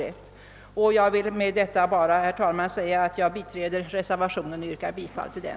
Med stöd av det anförda yrkar jag bifall till reservationen.